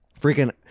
Freaking